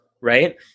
right